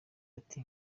ati